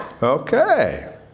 okay